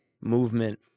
movement